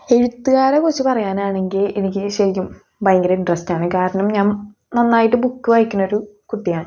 എഴുത്തുകാരെ കുറിച്ച് പറയാനാണെങ്കിൽ എനിക്ക് ശരിക്കും ഭയങ്കര ഇൻട്രെസ്റ്റാണ് കാരണം ഞാൻ നന്നായിട്ട് ബുക്ക് വായിക്കുന്ന ഒരു കുട്ടിയാണ്